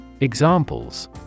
Examples